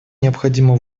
необходимо